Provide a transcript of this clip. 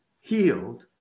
healed